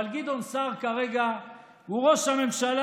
אבל גדעון סער כרגע הוא ראש הממשלה